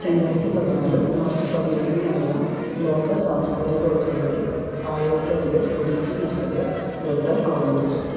രണ്ടായിരത്തി പതിനാറ് മാർച്ച് പന്ത്രണ്ടിന് നടന്ന ലോക സംസ്കാരികോത്സവത്തില് ആയിരത്തിലധികം ഒഡീസി നർത്തകർ നൃത്തം അവതരിപ്പിച്ചു